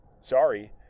sorry